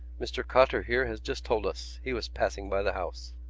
mr. cotter here has just told us. he was passing by the house.